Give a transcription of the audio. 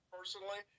Personally